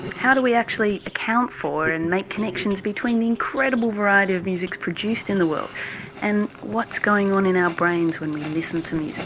how do we actually account for and make connections between the incredible variety of musics produced in the world and what's going on in our brains when we listen to music?